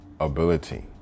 Ability